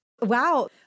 Wow